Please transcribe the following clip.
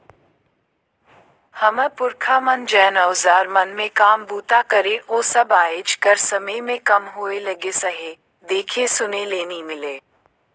हमर पुरखा मन जेन अउजार मन मे काम बूता करे ओ सब आएज कर समे मे कम होए लगिस अहे, देखे सुने ले नी मिले